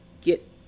get